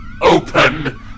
Open